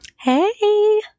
Hey